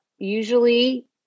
usually